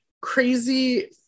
Crazy